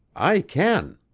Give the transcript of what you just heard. i can